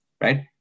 Right